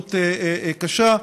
מוגבלות קשה,